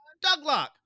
Douglock